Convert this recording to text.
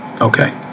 Okay